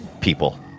people